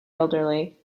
elderly